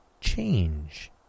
change